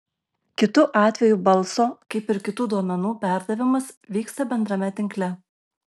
kitu atveju balso kaip ir kitų duomenų perdavimas vyksta bendrame tinkle